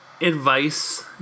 advice